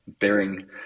bearing